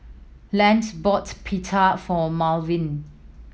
Lent bought Pita for Marvel